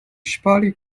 ŝpari